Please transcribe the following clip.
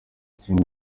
ikindi